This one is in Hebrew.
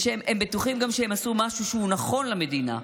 הם בטוחים שהם עשו משהו שהוא נכון למדינה.